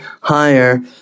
higher